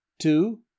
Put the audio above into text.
two